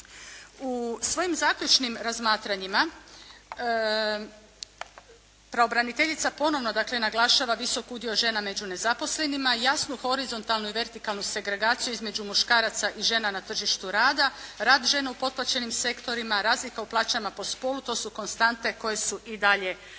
U svojim zaključnim razmatranjima pravobraniteljica ponovo naglašava visok udio žena među nezaposlenima, jasnu horizontalnu i vertikalnu segregaciju između muškaraca i žena na tržištu rada, rad žena u potplaćenim sektorima, razlika u plaćama po spolu, to su konstante koje su i dalje prisutne,